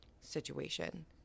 situation